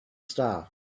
star